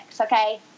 okay